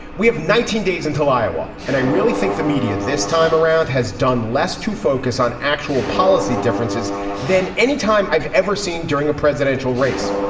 we have nineteen days until iowa, and i really think the media this time around has done less to focus on actual policy differences than anytime i've ever seen during a presidential race.